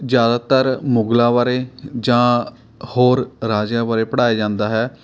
ਜ਼ਿਆਦਤਰ ਮੁਗਲਾਂ ਬਾਰੇ ਜਾਂ ਹੋਰ ਰਾਜਿਆਂ ਬਾਰੇ ਪੜ੍ਹਾਇਆ ਜਾਂਦਾ ਹੈ